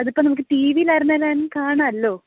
അത് ഇപ്പം നമുക്ക് ടീവീൽ ആയിരുന്നാലും അത് കാണാമല്ലോ